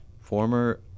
former